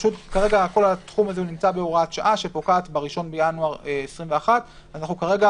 כרגע כל התחום הזה נמצא בהוראת שעה שפוקעת ב-1 בינואר 2021. כרגע